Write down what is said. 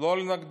לא על נוקדים,